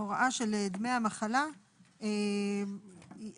ההוראה של דמי המחלה היא חדשה,